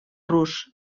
rus